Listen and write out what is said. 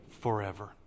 forever